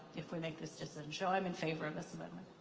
if we make this decision. so i'm in favor of this amendment.